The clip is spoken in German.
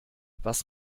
was